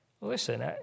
Listen